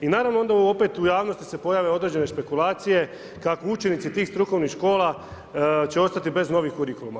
I naravno onda opet u javnosti se pojave određene špekulacije kako učenici tih strukovnih škola će ostati bez novih kurikuluma.